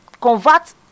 Convert